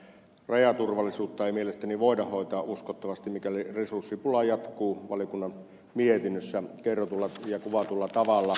rajaturvallisuutta ei mielestäni voida hoitaa uskottavasti mikäli resurssipula jatkuu valiokunnan mietinnössä kerrotulla ja kuvatulla tavalla